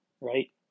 right